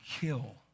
kill